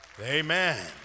amen